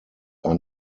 are